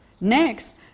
Next